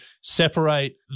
separate